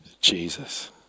Jesus